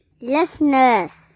listeners